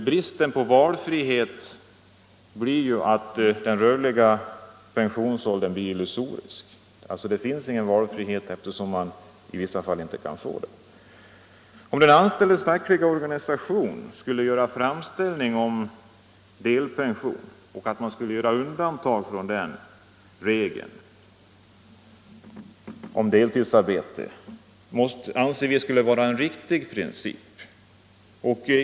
Bristen på valfrihet gör att den rörliga pensionsåldern blir illusorisk. Det finns ingen valfrihet om man i vissa fall inte kan få rörlig pensionsålder. Om den anställdes fackliga organisation gör framställning om delpension, anser vi att det är en riktig princip att undantag beviljas från regeln att deltidsarbete måste vara förutsättning för delpension.